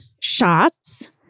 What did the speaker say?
shots